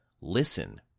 Listen